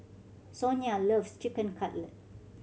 Sonia loves Chicken Cutlet